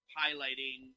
highlighting